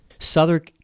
Southern